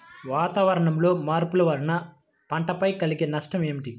వాతావరణంలో మార్పుల వలన పంటలపై కలిగే నష్టం ఏమిటీ?